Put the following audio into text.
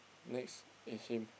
next is him